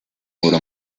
duró